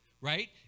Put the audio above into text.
right